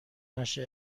نشه